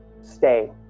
stay